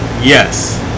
Yes